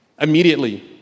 Immediately